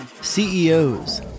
CEOs